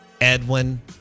Edwin